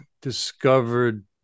discovered